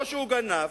או שהוא גנב,